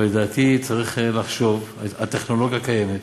אבל לדעתי צריך לחשוב, הטכנולוגיה קיימת,